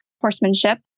horsemanship